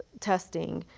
testing.